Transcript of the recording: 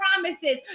promises